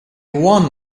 won